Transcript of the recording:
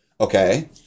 Okay